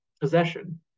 possession